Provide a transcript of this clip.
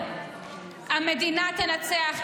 המדינה תנצח,